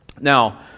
Now